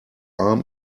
arm